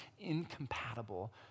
incompatible